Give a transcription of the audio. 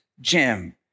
Jim